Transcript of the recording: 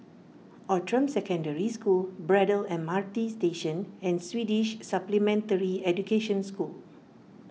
Outram Secondary School Braddell M R T Station and Swedish Supplementary Education School